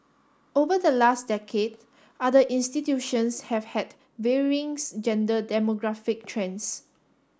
over the last decade other institutions have had varying gender demographic trends